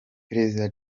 perezida